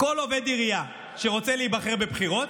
עובד עירייה שרוצה להיבחר בבחירות,